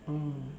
oh